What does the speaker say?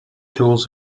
tools